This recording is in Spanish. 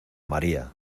maría